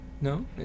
No